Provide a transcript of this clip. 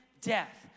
death